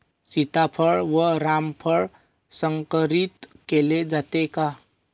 सीताफळ व रामफळ संकरित केले जाते का?